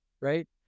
right